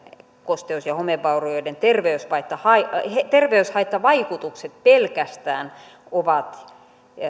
kosteus ja homevaurioiden terveyshaittavaikutukset ovat